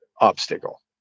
obstacle